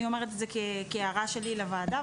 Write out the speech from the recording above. אני אומרת את זה כהערה שלי לוועדה,